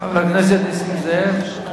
חבר הכנסת נסים זאב,